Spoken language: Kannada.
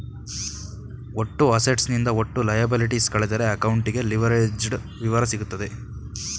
ಒಟ್ಟು ಅಸೆಟ್ಸ್ ನಿಂದ ಒಟ್ಟು ಲಯಬಲಿಟೀಸ್ ಕಳೆದರೆ ಅಕೌಂಟಿಂಗ್ ಲಿವರೇಜ್ಡ್ ವಿವರ ಸಿಗುತ್ತದೆ